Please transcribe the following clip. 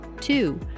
Two